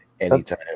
anytime